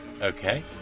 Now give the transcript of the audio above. Okay